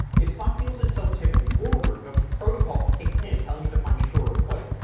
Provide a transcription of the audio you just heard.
if spot feels itself tipping forward, a protocol kicks in, telling it to find surer foot.